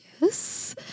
Yes